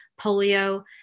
polio